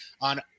on